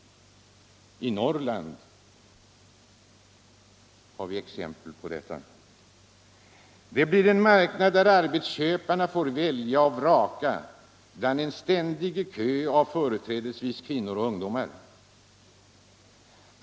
I Norrland har vi exempel på detta. Det blir en marknad där arbetsköparna får välja och vraka mellan människorna i en ständig kö av företrädesvis kvinnor och ungdomar.